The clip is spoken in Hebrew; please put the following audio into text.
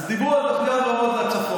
אז דיברו על תוכניות לצפון,